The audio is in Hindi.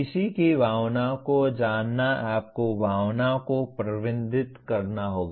किसी की भावनाओं को जानना आपको भावनाओं को प्रबंधित करना होगा